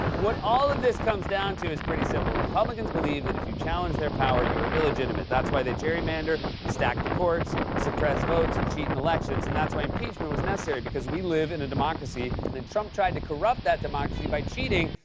what all of this comes down to is pretty simple. republicans believe that if you challenge their power, you are illegitimate. that's why they gerrymander, stack the courts, suppress votes and cheat in elections. and that's why impeachment was necessary because we live in a democracy and trump tried to corrupt that democracy by cheating,